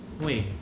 Wait